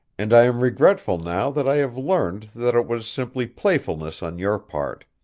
and i am regretful now that i have learned that it was simply playfulness on your part.